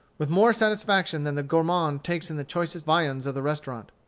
with more satisfaction than the gourmand takes in the choicest viands of the restaurant.